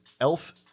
elf